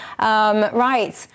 Right